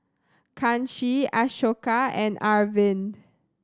Kanshi Ashoka and Arvind